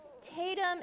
Tatum